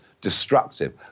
destructive